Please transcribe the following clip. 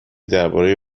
دربارهی